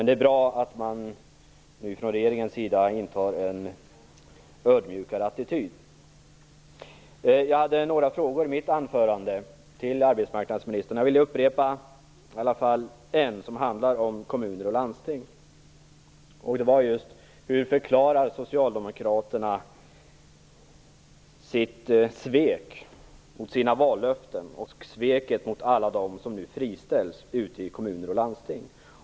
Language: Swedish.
Det är bra att regeringen nu intar en mer ödmjuk attityd. Jag hade några frågor till arbetsmarknadsministern i mitt anförande, och jag vill upprepa åtminstone en som handlar om kommuner och landsting. Hur förklarar socialdemokraterna sitt svek mot sina vallöften och mot alla dem som nu friställs ute i kommuner och landsting?